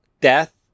death